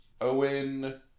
Owen